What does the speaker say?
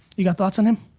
you got thoughts on him?